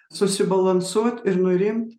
susibalansuot ir nurimt